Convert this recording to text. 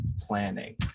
planning